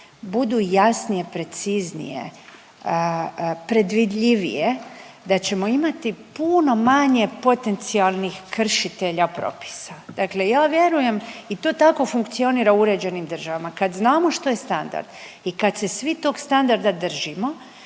budu jasnije, preciznije, predvidljivije, da ćemo imati puno manje potencijalnih kršitelja propisa, dakle ja vjerujem i to tako funkcionira u uređenim državama, kad znamo što je standard i kad se svi tog standarda držimo